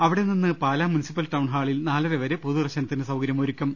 അവിടെ നിന്ന് പാലാ മുനിസിപ്പൽ ടൌൺഹാളിൽ നാലര വരെ പൊതുദർശനത്തിന് സൌകര്യമൊരുക്കും